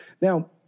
Now